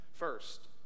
First